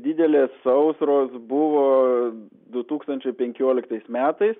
didelės sausros buvo du tūkstančiai penkioliktais metais